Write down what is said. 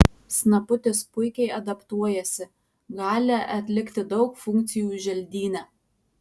snaputis puikiai adaptuojasi gali atlikti daug funkcijų želdyne